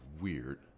weird